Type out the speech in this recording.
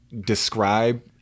describe